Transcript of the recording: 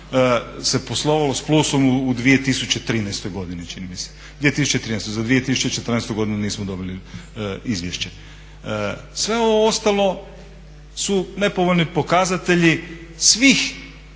se poslovalo s plusom u 2013. godini čini mi se, 2013., za 2014. godinu nismo dobili izvješće. Sve ovo ostalo su nepovoljni pokazatelji svi